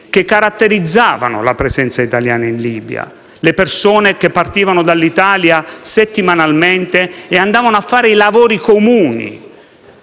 che caratterizzavano la presenza italiana in Libia, con le persone che partivano dall'Italia settimanalmente e andavano a fare i lavori comuni,